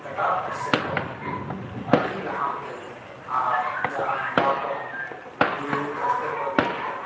ᱮᱴᱟᱜ ᱯᱟᱹᱨᱥᱤ ᱠᱷᱚᱱ ᱟᱹᱰᱤ ᱞᱟᱦᱟᱱᱛᱤ ᱟᱨ ᱡᱟᱦᱟᱸ ᱱᱟᱢᱵᱟᱨ ᱠᱚᱦᱚᱸ ᱟᱹᱰᱤ ᱡᱟᱹᱥᱛᱤ ᱠᱚ